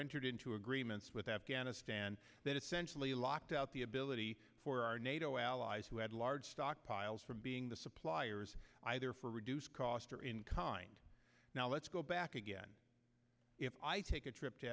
entered into agreements with afghanistan that essentially locked out the ability for our nato allies who had large stockpiles from being the suppliers either for reduced cost or in kind now let's go back again if i take a trip to